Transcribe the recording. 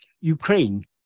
Ukraine